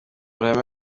ruhame